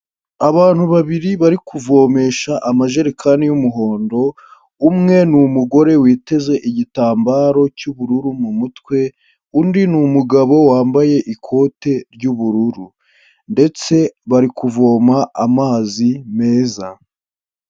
Abantu babiri bari kuvomesha amajerekani y'umuhondo, umwe ni umugore witeze igitambaro cy'ubururu mu mutwe, undi ni umugabo wambaye ikote ry'ubururu ndetse bari kuvoma amazi meza.